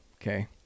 Okay